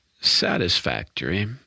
satisfactory